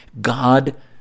God